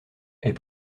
elle